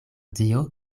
dio